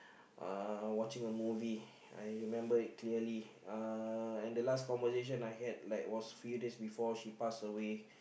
uh watching a movie I remember it clearly uh and the last conversation I had like was few days before she passed away